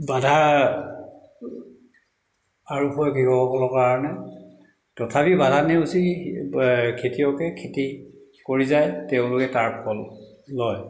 বাধা আৰোপ হয় কৃষকসকলৰ কাৰণে তথাপি বাধা নেওচি খেতিয়কে খেতি কৰি যায় তেওঁলোকে তাৰ ফল লয়